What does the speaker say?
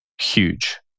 huge